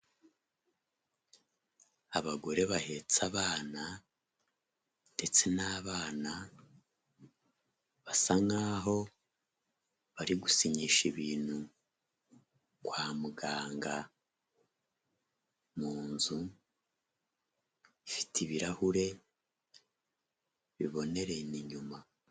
Abagore bahetse abana ndetse n'abana basa nk'aho bari gusinyisha ibintu kwa muganga, mu nzu ifite ibirahure bibonerana inyuma.